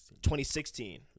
2016